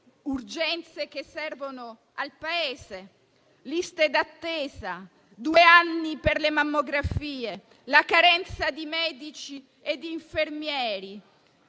urgenze che servono al Paese, come le liste d'attesa (due anni per le mammografie) e la carenza di medici e di infermieri.